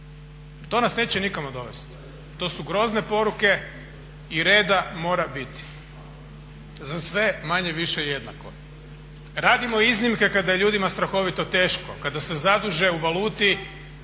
To nas neće nikamo dovesti. To su grozne poruke i reda mora biti za sve manje-više jednako. Radimo iznimke kada je ljudima strahovito teško, kada se zaduže u valuti